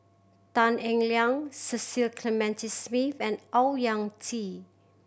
Tan Eng Liang Cecil Clementi Smith and Owyang Chi